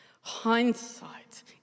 Hindsight